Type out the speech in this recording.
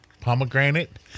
pomegranate